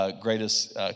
greatest